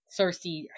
Cersei